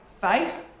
faith